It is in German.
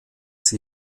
sie